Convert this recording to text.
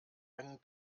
einen